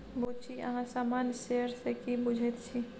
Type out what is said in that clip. बुच्ची अहाँ सामान्य शेयर सँ की बुझैत छी?